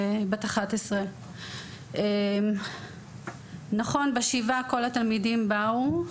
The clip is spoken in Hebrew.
היא בת 11. נכון, ב"שבעה" כל תלמידים באו.